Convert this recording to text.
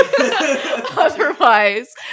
otherwise